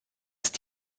ist